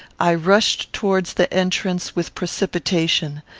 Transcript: i rushed towards the entrance with precipitation.